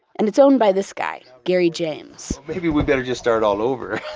and it's owned by this guy, gary james maybe we better just start all over.